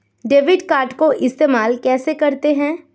Debit card को इस्तेमाल कैसे करते हैं?